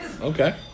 Okay